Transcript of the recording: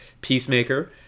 Peacemaker